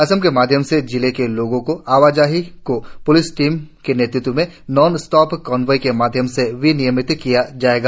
असम के माध्यम से जिलों में लोगों की आवाजाही को प्लिस टीमों के नेतृत्व में नॉन स्टॉप काफिले के माध्यम से विनियमित किया जाएगा